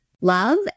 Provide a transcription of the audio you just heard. love